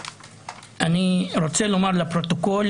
אני רוצה לומר לפרוטוקול